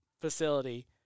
facility